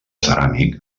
ceràmic